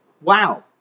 Wow